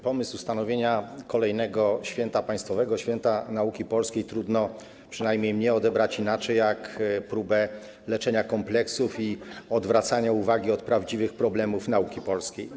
Pomysł ustanowienia kolejnego święta państwowego, święta nauki polskiej, trudno - przynajmniej mnie - odebrać inaczej niż jako próbę leczenia kompleksów i odwracania uwagi od prawdziwych problemów polskiej nauki.